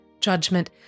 judgment